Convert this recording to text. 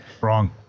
Wrong